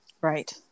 Right